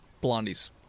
Blondie's